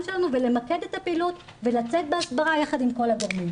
שלנו ולמקד את הפעילות ולצאת בהסברה יחד עם כל הגורמים.